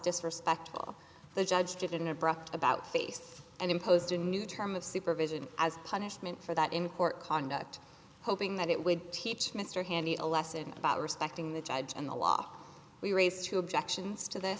disrespectful the judge did an abrupt about face and imposed a new term of supervision as punishment for that in court conduct hoping that it would teach mr handy a lesson about respecting the judge and the law we raised two objections to th